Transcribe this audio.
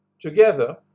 together